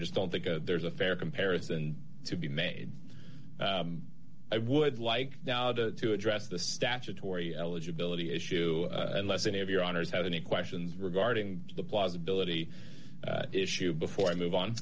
just don't think there's a fair comparison to be made i would like to address the statutory eligibility issue unless any of your honor's have any questions regarding the plausibility issue before i move on